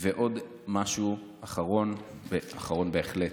ועוד משהו אחרון אחרון בהחלט,